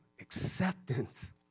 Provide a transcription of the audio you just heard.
acceptance